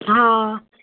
हा